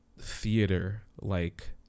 theater-like